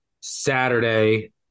Saturday